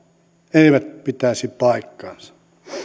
eivät pitäisi paikkaansa